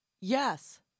Yes